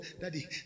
Daddy